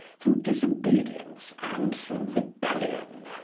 through disobedience and through rebellion.